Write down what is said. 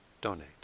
donate